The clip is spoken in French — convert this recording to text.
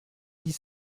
dix